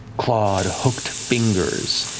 clawed, hooked fingers,